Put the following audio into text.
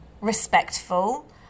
respectful